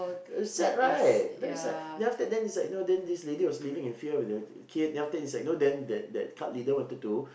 sad right very sad then after then it's like know then this lady was living in fear with the kid then after this like you know then that that cult leader wanted to